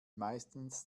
meistens